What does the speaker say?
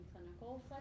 clinical